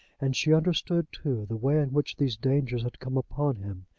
and she understood, too, the way in which these dangers had come upon him,